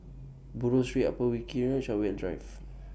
Buroh Street Upper Wilkie Road Chartwell Drive